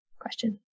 question